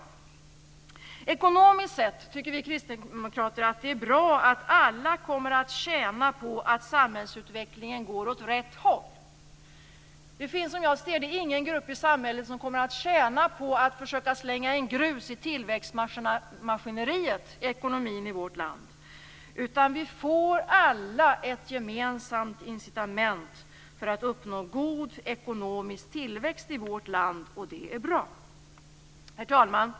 Ekonomiskt sett tycker vi kristdemokrater att det är bra att alla kommer att tjäna på att samhällsutvecklingen går åt rätt håll. Det finns, som jag ser det, ingen grupp i samhället som kommer att tjäna på att försöka slänga in grus i det ekonomiska tillväxtmaskineriet i vårt land, utan vi får alla ett gemensamt incitament för att uppnå god ekonomisk tillväxt i vårt land, och det är bra. Herr talman!